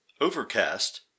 Overcast